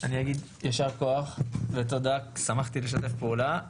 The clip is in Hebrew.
אני אגיד יישר כוח ותודה, שמחתי לשתף פעולה.